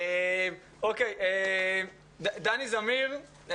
דני זמיר,